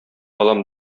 алам